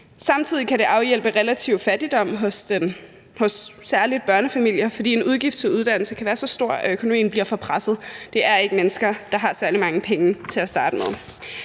Samtidig kan det afhjælpe relativ fattigdom hos særlig børnefamilier, fordi en udgift til uddannelse kan være så stor, at økonomien bliver for presset. Det er ikke mennesker, der har særlig mange penge til at starte med,